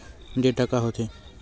Data का होथे?